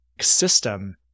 system